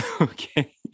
Okay